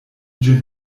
ĝin